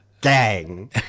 gang